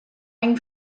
ein